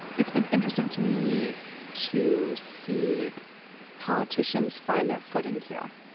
it's been interesting to me to see politicians find their footing here,